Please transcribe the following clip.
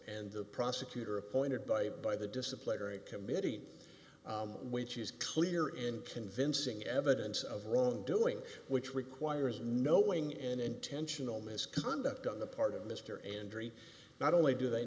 and the prosecutor appointed by it by the disciplinary committee which is clear and convincing evidence of wrongdoing which requires knowing and intentional misconduct on the part of mr andry not only do they